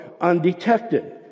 undetected